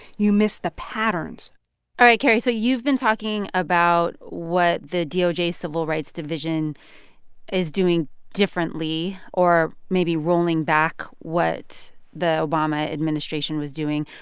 you miss the patterns all right, carrie, so you've been talking about what the doj's civil rights division is doing differently or maybe rolling back what the obama administration was doing.